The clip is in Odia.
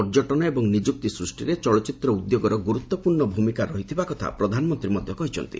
ପର୍ଯ୍ୟଟନ ଏବଂ ନିଯୁକ୍ତି ସୃଷ୍ଟିରେ ଚଳଚ୍ଚିତ୍ର ଉଦ୍ୟୋଗର ଗୁରୁତ୍ୱପୂର୍ଣ୍ଣ ଭୂମିକା ରହିଥିବା କଥା ପ୍ରଧାନମନ୍ତ୍ରୀ ମଧ୍ୟ କହିଛନ୍ତି